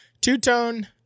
two-tone